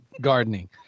gardening